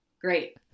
great